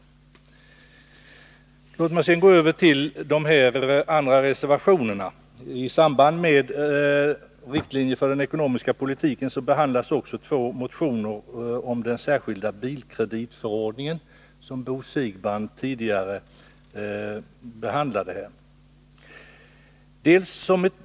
Låt mig sedan gå över till de reservationer som jag inledningsvis talade om. I betänkandet om riktlinjer för den ekonomiska politiken behandlas också två motioner angående den särskilda bilkreditförordningen, som Bo Siegbahn tidigare har talat om.